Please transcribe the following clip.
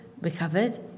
recovered